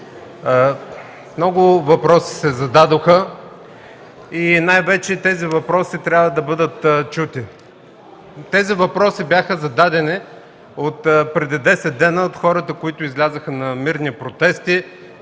Много въпроси се зададоха и най-вече тези въпроси трябва да бъдат чути. Тези въпроси бяха зададени отпреди 10 дни от хората, които излязоха на мирни протести,